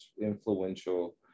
influential